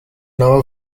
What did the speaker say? now